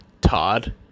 Todd